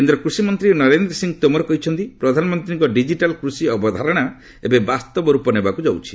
କେନ୍ଦ୍ର କୁଷିମନ୍ତ୍ରୀ ନରେନ୍ଦ୍ର ସିଂହ ତୋମର କହିଛନ୍ତି ପ୍ରଧାନମନ୍ତ୍ରୀଙ୍କ ଡିଜିଟାଲ୍ କୃଷି ଅବଧାରଣା ଏବେ ବାସ୍ତବ ରୂପ ନେବାକୁ ଯାଉଛି